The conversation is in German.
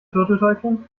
turteltäubchen